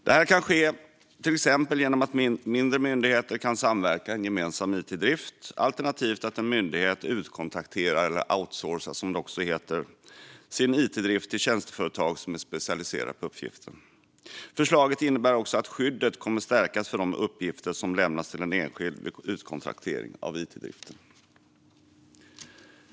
Det här kan ske till exempel genom att mindre myndigheter kan samverka i en gemensam it-drift alternativt att en myndighet utkontrakterar, eller outsourcar som det också heter, sin it-drift till tjänsteföretag som är specialiserade på uppgiften. Förslaget innebär också att skyddet kommer att stärkas för de uppgifter som lämnas till en enskild vid utkontraktering av it-driften.